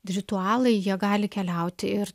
ritualai jie gali keliauti ir